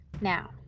Now